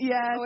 Yes